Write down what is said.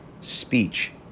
speech